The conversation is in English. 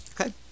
Okay